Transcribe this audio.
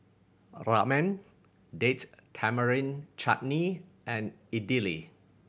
Ramen Date Tamarind Chutney and Idili